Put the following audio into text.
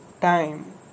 time